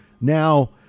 now